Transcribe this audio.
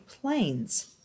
planes